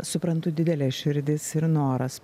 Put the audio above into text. suprantu didelė širdis ir noras